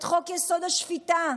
את חוק-יסוד: השפיטה,